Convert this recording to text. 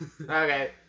Okay